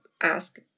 ask